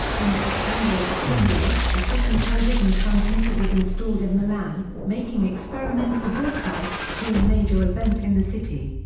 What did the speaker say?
in september of the same year, a second television transmitter was installed in milan, making experimental broadcasts during major events in the city.